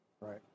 Right